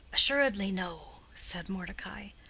assuredly no, said mordecai.